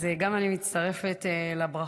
אז גם אני מצטרפת לברכות